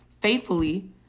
Faithfully